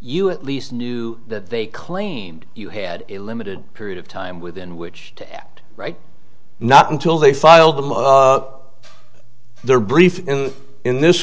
you at least knew that they claimed you had a limited period of time within which to act right not until they filed them of their brief in this